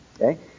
Okay